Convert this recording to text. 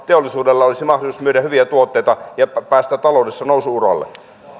teollisuudella olisi mahdollisuus myydä hyviä tuotteita jotta päästään taloudessa nousu uralle